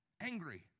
Angry